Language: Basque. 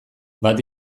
bat